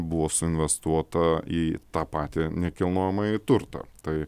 buvo suinvestuota į tą patį nekilnojamąjį turtą tai